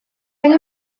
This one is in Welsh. angen